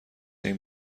این